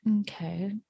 Okay